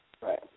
Right